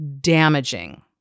damaging